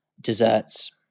desserts